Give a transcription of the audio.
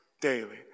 daily